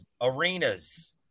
arenas